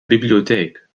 bibliotheek